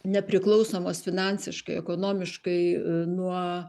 nepriklausomos finansiškai ekonomiškai nuo